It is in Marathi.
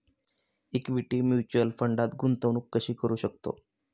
इक्विटी म्युच्युअल फंडात गुंतवणूक कशी करू शकतो?